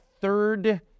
third